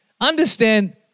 Understand